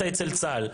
אתה אצל צה"ל.